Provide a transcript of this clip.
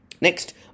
Next